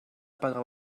pagar